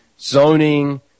zoning